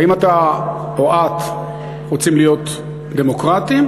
האם אתה, או את, רוצים להיות דמוקרטיים,